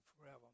forever